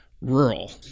rural